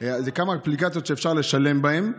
אלה כמה אפליקציות שאפשר לשלם בהן,